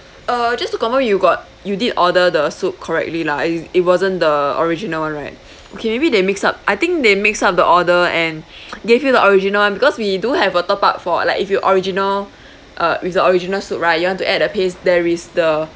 uh just to confirm you got you did order the soup correctly lah it it wasn't the original one right okay maybe they mix up I think they mix up the order and gave you the original one because we do have a top up for like if you original uh with the original soup right you want to add a paste there is the